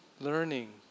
learning